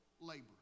labor